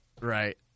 Right